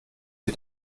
sie